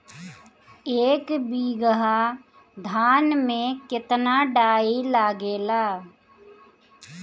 एक बीगहा धान में केतना डाई लागेला?